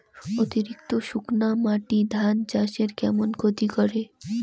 অতিরিক্ত শুকনা মাটি ধান চাষের কেমন ক্ষতি করে?